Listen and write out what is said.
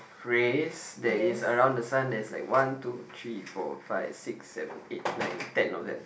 phrase that is around the sun there's like one two three four five six seven eight nine ten of them